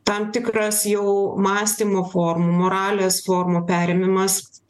tam tikras jau mąstymo formų moralės formų perėmimas